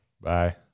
bye